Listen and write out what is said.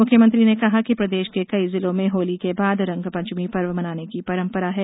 मुख्यमंत्री ने कहा कि प्रदेश के कई जिलों में होली के बाद रंग पंचमी पर्व मनाने की परंपरा है